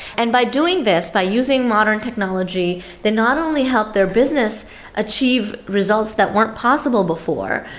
and by doing this, by using modern technology, they not only help their business achieve results that weren't possible before,